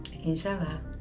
Inshallah